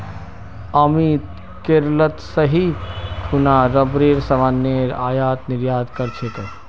अमित केरलत रही खूना रबरेर सामानेर आयात निर्यात कर छेक